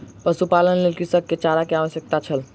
पशुपालनक लेल कृषक के चारा के आवश्यकता छल